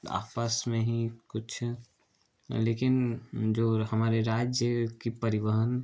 आपस में ही कुछ लेकिन जो हमारे राज्य की परिवहन